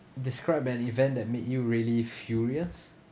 describe an event that made you really furious